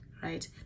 Right